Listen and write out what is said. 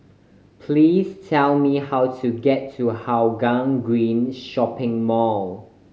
please tell me how to get to Hougang Green Shopping Mall